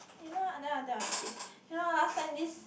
you know ah then I tell my kids you know last time this